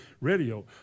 radio